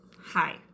hi